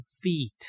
Feet